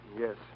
Yes